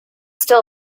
still